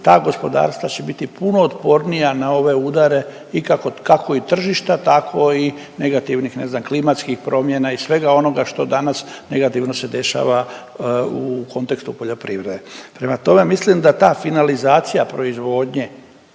ta gospodarstva će biti puno otpornija na ove udare i kako i tržišta, tako i negativnih, ne znam, klimatskih promjena i svega onoga što danas negativno se dešava u kontekstu poljoprivrede. Prema tome, mislim da ta finalizacija proizvodnje